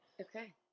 Okay